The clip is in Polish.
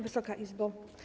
Wysoka Izbo!